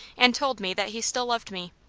and told me that he still loved me.